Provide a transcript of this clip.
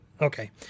Okay